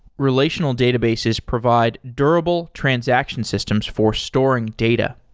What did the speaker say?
relational databases provide durable transactional systems for storing data.